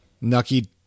Nucky